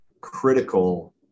critical